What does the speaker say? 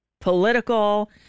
political